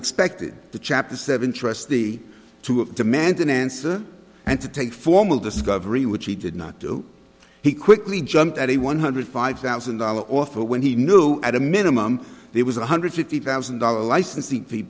expect it the chapter seven trustee to demand an answer and to take formal discovery which he did not do he quickly jumped at a one hundred five thousand dollar offer when he knew at a minimum there was a one hundred fifty thousand dollars licensing fee